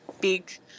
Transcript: big